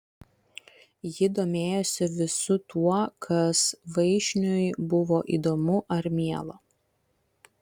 ji domėjosi visu tuo kas vaišniui buvo įdomu ar miela